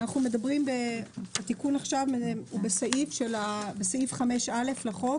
" התיקון הוא בסעיף 5א לחוק,